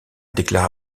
déclare